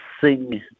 Sing